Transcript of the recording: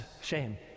shame